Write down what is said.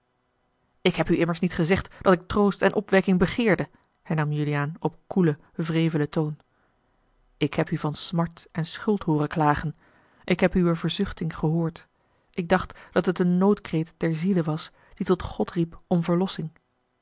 ik heb u immers niet gezegd dat ik troost en opwekking begeerde hernam juliaan op koelen wrevelen toon ik heb u van smart en schuld hooren klagen ik heb uwe verzuchting gehoord ik dacht dat het een noodkreet der ziele was die tot god riep om verlossing